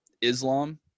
Islam